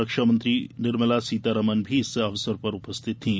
रक्षा मंत्री निर्मला सीतारामन भी इस अवसर पर उपस्थित थीं